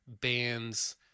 bands